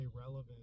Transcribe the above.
relevant